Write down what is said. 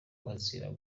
bazira